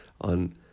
on